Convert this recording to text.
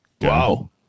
Wow